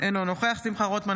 אינו נוכח שמחה רוטמן,